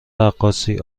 رقاصی